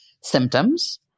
symptoms